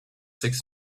six